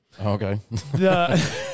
Okay